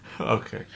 Okay